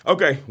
Okay